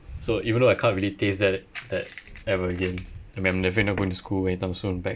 so even though I can't really taste that that ever again I am definitely not going to school anytime soon back